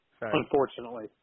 Unfortunately